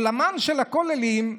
עולמם של הכוללים,